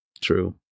True